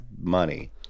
money